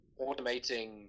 automating